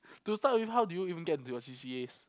to start with how do you even get into your C_C_As